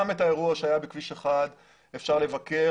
גם את האירוע שהיה בכביש 1 אפשר לבקר